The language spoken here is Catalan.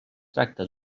tracta